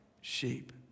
sheep